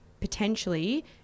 potentially